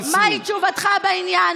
אין בעיה.